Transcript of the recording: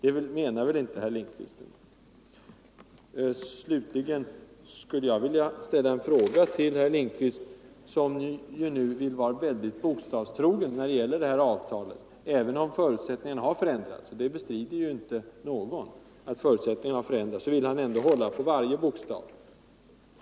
Det menar väl inte herr Lindkvist? Slutligen skulle jag vilja ställa en fråga till herr Lindkvist, som nu vill vara mycket bokstavstrogen när det gäller det här avtalet. Även om förutsättningarna har förändrats — och det bestrider inte någon — vill han ändå hålla på varje bokstav.